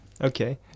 Okay